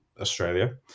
Australia